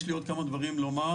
יש לי עוד כמה דברים לומר,